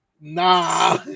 Nah